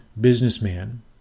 businessman